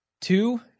Two